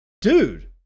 dude